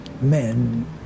men